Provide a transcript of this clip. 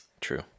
true